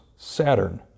Saturn